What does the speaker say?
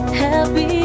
happy